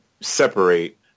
separate